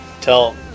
tell